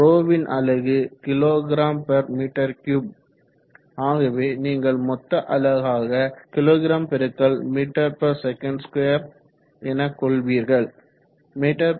ρ ன் அலகு kgm3 ஆகவே நீங்கள் மொத்த அலகாக kg ms2 என கொள்வீர்கள்